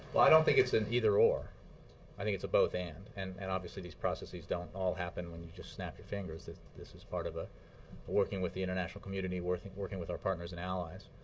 well, i don't think it's an either or i think it's a both and. and and obviously these processes don't all happen when you just snap your fingers. this this is part of ah working with the international community, working working with our partners and allies.